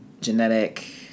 genetic